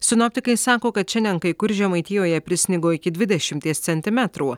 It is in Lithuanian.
sinoptikai sako kad šiandien kai kur žemaitijoje prisnigo iki dvidešimties centimetrų